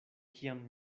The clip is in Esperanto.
kiam